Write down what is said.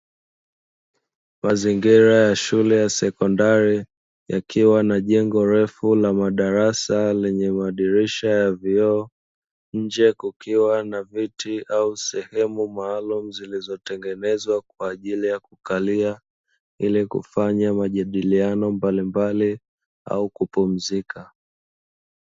Mazingira ya shule ya sekondari yakiwa na jengo refu la madarasa lenye madirisha ya vioo, nje kukiwa na viti au sehemu maalumu zilizotengenezwa maalumu kwa ajili ya kukalia, ili kufanya majadiliano mbalimbali au kupumzika.